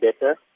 better